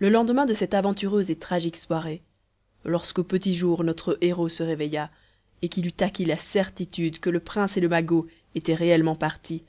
le lendemain de cette aventureuse et tragique soirée lorsqu'au petit jour notre héros se réveilla et qu'il eut acquis la certitude que le prince et le magot étaient réellement partis